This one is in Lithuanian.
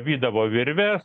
vydavo virves